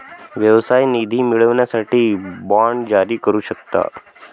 व्यवसाय निधी मिळवण्यासाठी बाँड जारी करू शकता